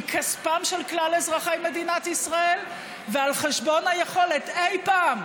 מכספם של כלל אזרחי מדינת ישראל ועל חשבון היכולת אי פעם,